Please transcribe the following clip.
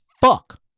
fuck